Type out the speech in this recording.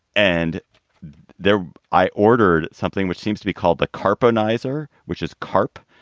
and there i ordered something which seems to be called the capo nizer, which is carp.